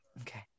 Okay